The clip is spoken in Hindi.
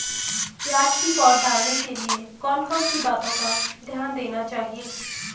प्याज़ की पौध डालने के लिए कौन कौन सी बातों का ध्यान देना चाहिए?